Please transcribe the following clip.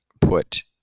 put